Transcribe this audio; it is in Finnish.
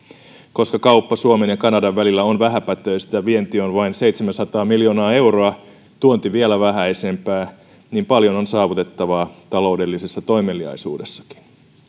koska kauppa suomen ja kanadan välillä on vähäpätöistä vienti on vain seitsemänsataa miljoonaa euroa tuonti vielä vähäisempää niin paljon on saavutettavaa taloudellisessa toimeliaisuudessakin